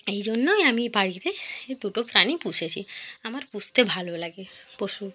এই জন্যই আমি বাড়িতে দুটো প্রাণী পুষেছি আমার পুষতে ভালো লাগে পশু